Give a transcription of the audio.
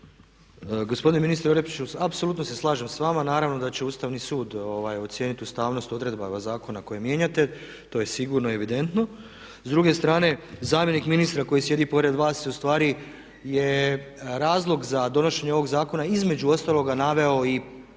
Gospodine ministre Orepiću, apsolutno se slažem sa vama. Naravno da će Ustavni sud ocijeniti ustavnost odredaba zakona kojeg mijenjate to je sigurno i evidentno. S druge strane, zamjenik ministra koji sjedi pored vas je u stvari razlog za donošenje ovog zakona između ostaloga naveo i